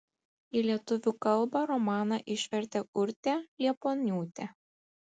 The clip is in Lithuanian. į lietuvių kalbą romaną išvertė urtė liepuoniūtė